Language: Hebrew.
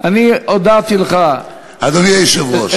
אדוני היושב-ראש,